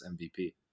MVP